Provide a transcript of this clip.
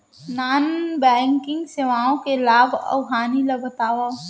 non banking सेवाओं के लाभ अऊ हानि ला बतावव